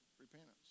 repentance